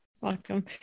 Welcome